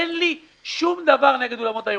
אין לי שום דבר נגד אולמות האירועים.